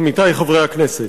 עמיתי חברי הכנסת,